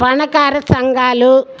పన్నుకార సంఘాలు